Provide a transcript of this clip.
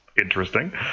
Interesting